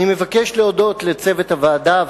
אני מבקש להודות לצוות הוועדה,